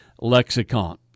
lexicon